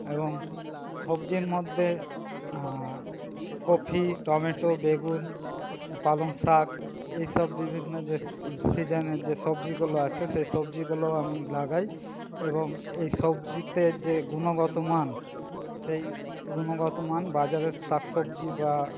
এবং সবজির মধ্যে কফি টমেটো বেগুন পালং শাক এইসব বিভিন্ন যে সিজেনের যে সবজিগুলো আছে সেই সবজিগুলো আমি লাগাই এবং এই সবজিতে যে গুণগত মান সেই গুণগত মান বাজারের শাক সবজি বা